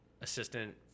assistant